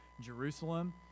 Jerusalem